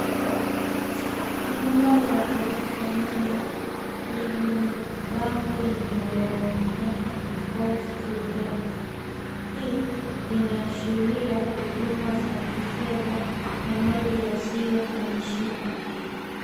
Nyumba ya ghorofa nne, yenye bango linaloonekana house to rent . Hii, inaashiria, huduma za kifedha, na mahali yasiohamishika.